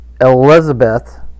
Elizabeth